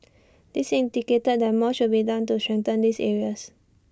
this indicated that more should be done to strengthen these areas